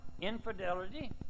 infidelity